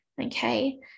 Okay